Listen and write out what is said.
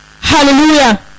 hallelujah